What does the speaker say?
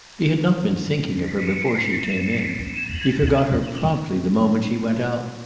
he had not been thinking of her before she came in he forgot her promptly the moment she went out.